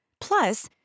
Plus